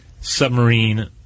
submarine